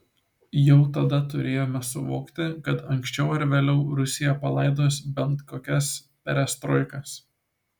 jau tada turėjome suvokti kad anksčiau ar vėliau rusija palaidos bet kokias perestroikas